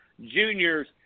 juniors